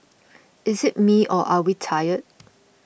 is it me or are we tired